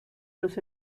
los